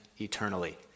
eternally